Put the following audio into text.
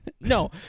No